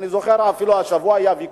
אני זוכר אפילו ויכוח